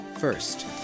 first